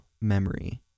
memory